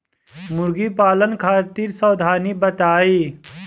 मुर्गी पालन खातिर सावधानी बताई?